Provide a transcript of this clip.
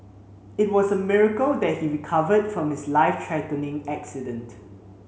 it was a miracle that he recovered from his life threatening accident